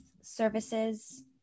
services